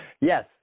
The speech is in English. Yes